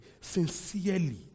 sincerely